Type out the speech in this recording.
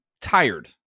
tired